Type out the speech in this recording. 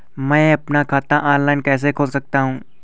मैं अपना खाता ऑफलाइन कैसे खोल सकता हूँ?